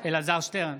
אלעזר שטרן,